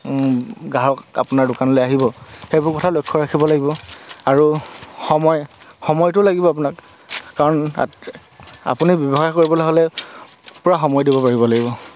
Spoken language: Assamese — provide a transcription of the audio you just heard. গ্ৰাহক আপোনাৰ দোকানলৈ আহিব সেইবোৰ কথা লক্ষ্য ৰাখিব লাগিব আৰু সময় সময়টো লাগিব আপোনাক কাৰণ আপুনি ব্যৱসায় কৰিবলৈ হ'লে পূৰা সময় দিব পাৰিব লাগিব